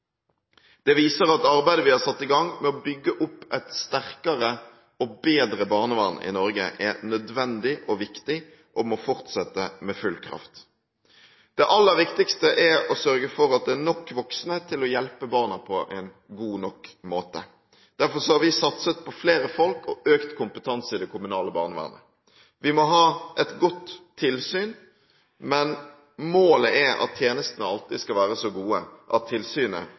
Det viser at arbeidet vi har satt i gang med å bygge opp et sterkere og bedre barnevern i Norge, er nødvendig og viktig og må fortsette med full kraft. Det aller viktigste er å sørge for at det er nok voksne til å hjelpe barna på en god nok måte. Derfor har vi satset på flere folk og økt kompetanse i det kommunale barnevernet. Vi må ha et godt tilsyn, men målet er at tjenestene alltid skal være så gode at tilsynet